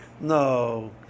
no